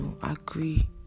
agree